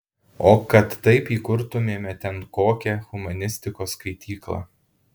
o kad taip įkurtumėme ten kokią humanistikos skaityklą